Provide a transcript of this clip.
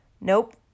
Nope